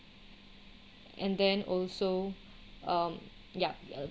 and then also um yup